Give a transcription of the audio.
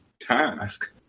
task